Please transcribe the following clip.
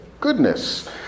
goodness